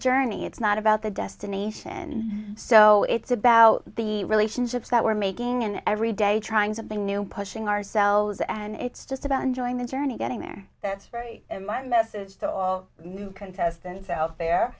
journey it's not about the destination so it's about the relationships that we're making every day trying something new pushing ourselves and it's just about enjoyment journey getting there that's very my message to all move contestants out there